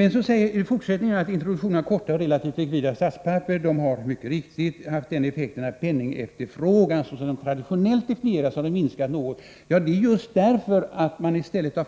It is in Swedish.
I svaret sägs: ”Introduktionen av korta och relativt likvida statspapper har enligt min mening haft den effekten att penningefterfrågan såsom den traditionellt definieras har minskat något.” Den minskningen beror just på att man